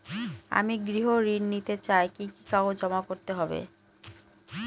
আমি গৃহ ঋণ নিতে চাই কি কি কাগজ জমা করতে হবে?